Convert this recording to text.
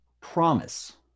promise